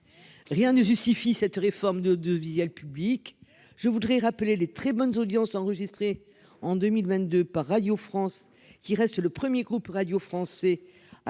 Rien ne justifie cette réforme de de Villiers le public. Je voudrais rappeler les très bonnes audiences enregistrées en 2022 par Radio France qui reste le 1er groupe Radio France. À 30,3% de part